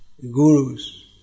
gurus